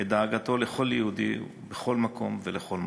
את דאגתו לכל יהודי בכל מקום ולכל מקום.